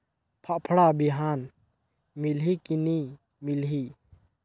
फाफण बिहान मिलही की नी मिलही?